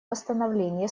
восстановления